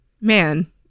Man